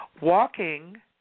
Walking